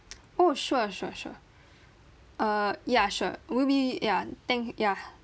oh sure sure sure err ya sure will be ya thank ya